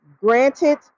granted